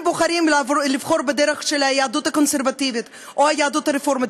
ואם הם בוחרים בדרך של היהדות הקונסרבטיבית או היהדות הרפורמית,